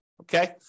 okay